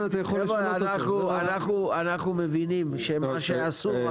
--- חבר'ה אנחנו מבינים שמה שאסור,